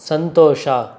ಸಂತೋಷ